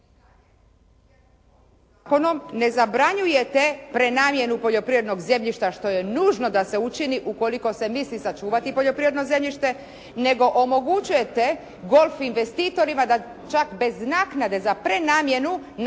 ne zabranjujete prenamjenu poljoprivrednog zemljišta što je nužno da se učini ukoliko se misli sačuvati poljoprivredno zemljište, nego omogućujete golf investitorima da čak bez naknade za prenamjenu